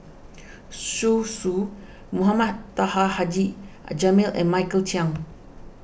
Zhu Xu Mohamed Taha Haji Jamil and Michael Chiang